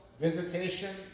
visitation